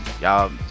Y'all